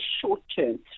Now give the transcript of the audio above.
short-term